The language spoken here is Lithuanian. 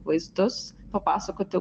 vaizdus papasakoti